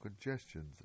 congestions